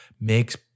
makes